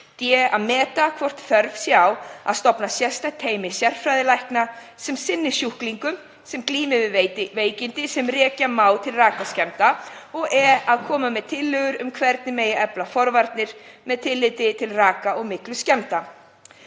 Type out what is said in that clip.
að meta hvort þörf sé á því að stofna sérstakt teymi sérfræðilækna sem sinni sjúklingum sem glíma við veikindi sem rekja má til rakaskemmda og að koma með tillögur um hvernig megi efla forvarnir með tilliti til raka- og mygluskemmda.